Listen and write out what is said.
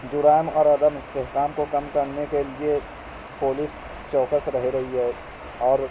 جرائم اور عدم استحکام کو كم کرنے کے لیے پولیس چوکس رہ رہی ہے اور